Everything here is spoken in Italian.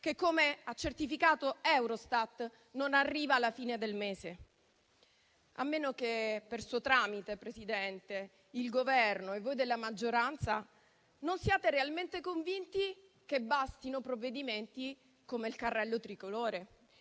che - come ha certificato Eurostat - non arriva alla fine del mese. A meno che, per suo tramite, signor Presidente, il Governo e voi della maggioranza non siate realmente convinti che bastino provvedimenti come il carrello tricolore.